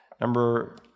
Number